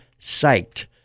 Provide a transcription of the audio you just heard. psyched